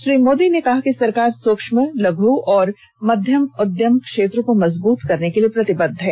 श्री मोदी ने कहा कि सरकार सूक्ष्म लघु और मध्यम उद्यम क्षेत्र को मजबूत करने के लिए प्रतिबद्व है